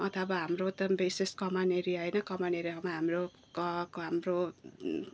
अथवा हाम्रो उता बेसी कमान एरिया होइन कमान एरियामा हाम्रो घर हाम्रो